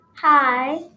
Hi